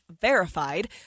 verified